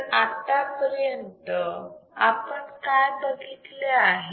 तर आत्तापर्यंत आपण काय बघितले आहे